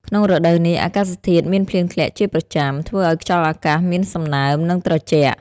ក្នុងរដូវនេះអាកាសធាតុមានភ្លៀងធ្លាក់ជាប្រចាំ ធ្វើឲ្យខ្យល់អាកាសមានសំណើម និងត្រជាក់។